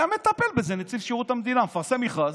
היה מטפל בזה נציב שירות המדינה: מפרסם מכרז,